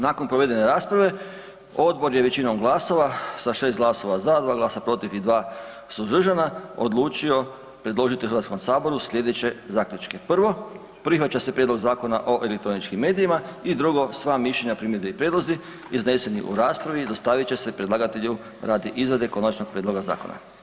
Nakon provedene rasprave, Odbor je većinom glasova, sa 6 glasova za, 2 glasa protiv i 2 suzdržana odlučio predložiti HS-u sljedeće zaključke: 1. Prihvaća se Prijedlog Zakona o elektroničkim medijima; i 2. Sva mišljenja, primjedbe i prijedlozi izneseni u raspravi dostavit će se predlagatelju radi izrade konačnog prijedloga zakona.